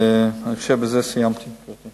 אני חושב שבזה סיימתי, גברתי.